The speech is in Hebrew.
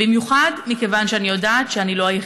במיוחד מכיוון שאני יודעת שאני לא היחידה.